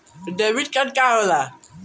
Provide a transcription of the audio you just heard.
Debit card का होला?